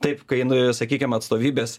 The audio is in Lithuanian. taip kai nuėjo sakykim atstovybės